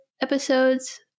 episodes